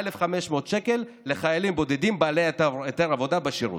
1,500 שקל לחיילים בודדים בעלי היתר עבודה בשירות.